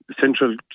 central